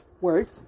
work